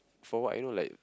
for what you know like